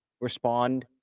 respond